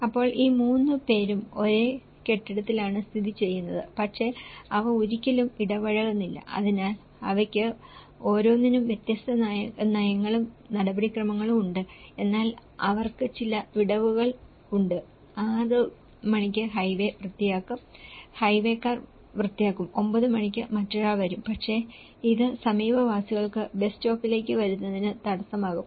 അപ്പോൾ ഈ 3 പേരും ഒരേ കെട്ടിടത്തിലാണ് സ്ഥിതി ചെയ്യുന്നത് പക്ഷേ അവ ഒരിക്കലും ഇടപഴകുന്നില്ല അതിനാൽ അവയ്ക്ക് ഓരോന്നിനും വ്യത്യസ്ത നയങ്ങളും നടപടിക്രമങ്ങളും ഉണ്ട് എന്നാൽ അവർക്ക് ചില വിടവുകൾ ഉണ്ട് 6 മണിക്ക് ഹൈവേ വൃത്തിയാക്കും ഹൈവേക്കാർ വൃത്തിയാക്കും 9 മണിക്ക് മറ്റൊരാൾ വരും പക്ഷേ ഇത് സമീപവാസികൾക്ക് ബസ് സ്റ്റോപ്പിലേക്ക് വരുന്നതിന് തടസ്സമാകും